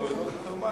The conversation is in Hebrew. או לא זוכר מה,